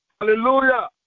Hallelujah